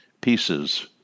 pieces